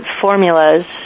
formulas